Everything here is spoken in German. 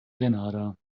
grenada